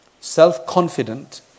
self-confident